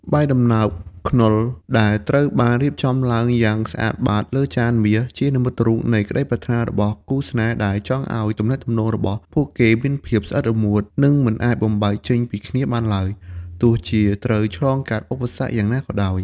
បាយដំណើបខ្នុរដែលត្រូវបានរៀបចំឡើងយ៉ាងស្អាតបាតលើចានមាស ជានិមិត្តរូបនៃក្តីប្រាថ្នារបស់គូស្នេហ៍ដែលចង់ឱ្យទំនាក់ទំនងរបស់ពួកគេមានភាព «ស្អិតរមួត» និងមិនអាចបំបែកចេញពីគ្នាបានឡើយ ទោះជាត្រូវឆ្លងកាត់ឧបសគ្គយ៉ាងណាក៏ដោយ។